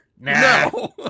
no